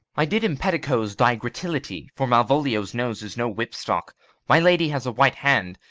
i did impeticos thy gratillity for malvolio's nose is no whipstock my lady has a white hand,